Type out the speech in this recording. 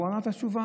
והוא ענה את התשובה.